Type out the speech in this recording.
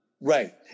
right